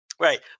Right